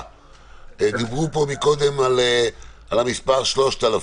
יש את הסיכון הכללי,